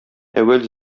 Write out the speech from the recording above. әүвәл